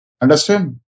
Understand